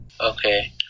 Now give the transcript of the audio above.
Okay